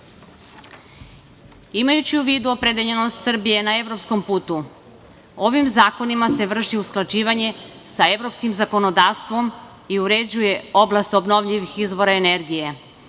u vidu opredeljenost Srbije na evropskom putu, ovim zakonima se vrši usklađivanje sa evropskim zakonodavstvom i uređuje oblast obnovljivih izvora energije,